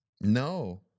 No